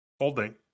Holding